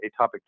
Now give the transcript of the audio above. atopic